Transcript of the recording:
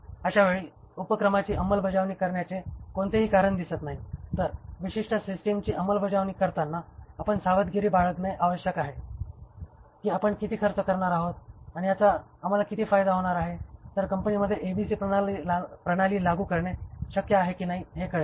अशावेळी उपक्रमाची अंमलबजावणी करण्याचे कोणतेही कारण दिसत नाही तर विशिष्ट सिस्टिमची अंमलबजावणी करताना आपण सावधगिरी बाळगणे आवश्यक आहे की आपण किती खर्च करणार आहोत आणि याचा आम्हाला किती फायदा होणार आहे तर कंपनीमध्ये एबीसी प्रणाली लागू करणे शक्य आहे की नाही हे कळेल